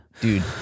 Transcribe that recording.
Dude